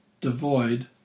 devoid